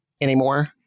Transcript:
anymore